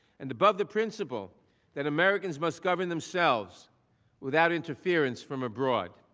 and above the principle that americans must govern themselves without interference from abroad.